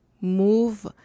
move